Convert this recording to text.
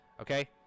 Okay